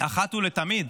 אחת ולתמיד